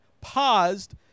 paused